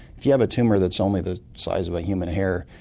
if you have a tumour that's only the size of a human hair,